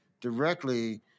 directly